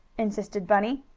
insisted bunny.